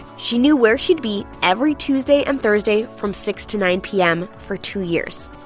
she knew where she'd be every tuesday and thursday from six to nine p m. for two years.